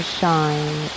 shine